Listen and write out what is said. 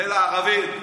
זה לערבים.